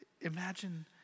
Imagine